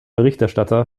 berichterstatter